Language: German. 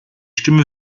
stimme